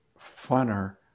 funner